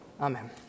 Amen